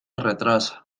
retrasa